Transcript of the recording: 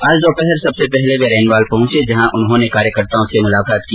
आज दोपहर सबसे पहले वे रेनवाल पहुंचे जहां उन्होंने कार्यकर्ताओं से मुलाकात की